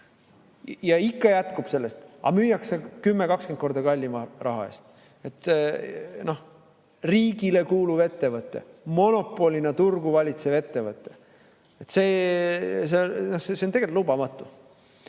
Ja ikka jätkub sellest. Aga müüakse 10–20 korda kallima raha eest. Riigile kuuluv ettevõte, monopolina turgu valitsev ettevõte. See on tegelikult lubamatu.